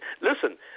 listen